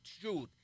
truth